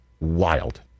Wild